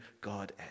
God